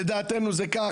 לדעתנו זה כך,